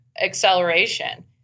acceleration